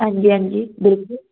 हां जी हां जी बिल्कुल